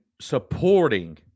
supporting